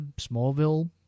Smallville